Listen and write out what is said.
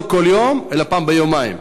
לא כל יום אלא פעם ביומיים,